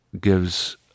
gives